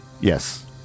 Yes